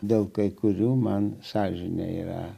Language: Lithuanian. dėl kai kurių man sąžinė yra